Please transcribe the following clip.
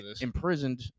imprisoned